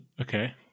Okay